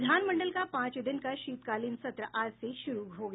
विधानमंडल का पांच दिन का शीतकालीन सत्र आज से शुरू गया